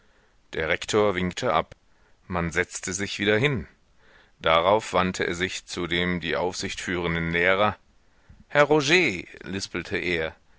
der rektor winkte ab man setzte sich wieder hin darauf wandte er sich zu dem die aufsicht führenden lehrer herr roger lispelte er